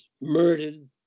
murdered